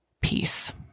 peace